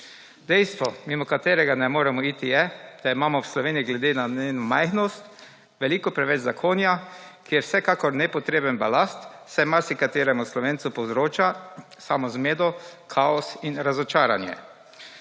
Dejstvo, mimo katerega ne moremo iti, je, da imamo v Sloveniji glede na majhnost veliko preveč zakonov, kjer je vsekakor nepotreben balast, saj marsikateremu Slovencu povzroča samo zmedo, kaos in razočaranje.